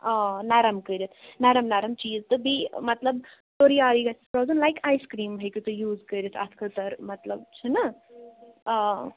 آ نَرٕم کٔرِتھ نَرٕم نَرٕم چیٖز تہٕ بیٚیہِ مطلب تُرنیٛارٕے گَژھٮ۪س روزُن لایک آیِس کرٛیٖم ہیٚکِو تُہی یوٗز کٔرِتھ اَتھ خٲطر مطلب چھُنا آ